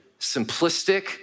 simplistic